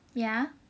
ya